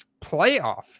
playoff